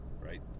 right